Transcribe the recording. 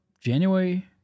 January